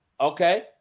Okay